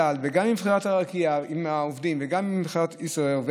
על וגם בחברת ארקיע וגם בחברת ישראייר.